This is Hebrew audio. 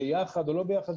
ביחד או לא ביחד.